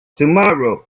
tomorrow